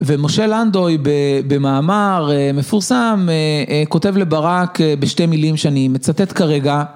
ומשה לנדוי במאמר מפורסם כותב לברק בשתי מילים שאני מצטט כרגע